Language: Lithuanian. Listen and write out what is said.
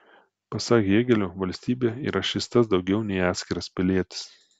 pasak hėgelio valstybė yra šis tas daugiau nei atskiras pilietis